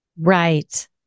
Right